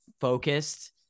focused